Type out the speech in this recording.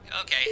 Okay